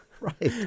Right